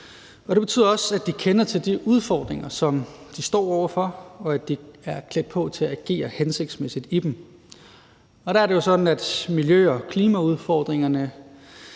Det betyder også, at de kender til de udfordringer, som de står over for, og at de er klædt på til at agere hensigtsmæssigt på dem. Og der er det jo sådan, at miljø- og klimaudfordringerne